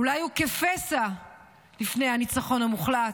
אולי הוא כפסע לפני הניצחון המוחלט.